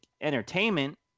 entertainment